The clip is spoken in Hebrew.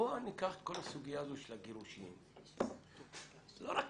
בואו ניקח את כל הסוגיה הזו של הגירושין לא רק